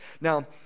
Now